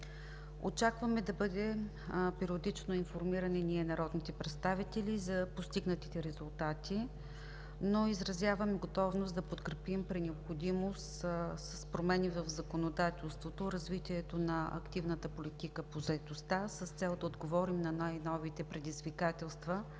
Очакваме да бъдем периодично информирани ние, народните представители, за постигнатите резултати, но изразяваме готовност да подкрепим при необходимост с промени в законодателството развитието на активната политика по заетостта с цел да отговорим на най-новите предизвикателства